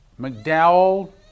McDowell